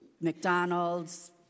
McDonald's